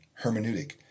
hermeneutic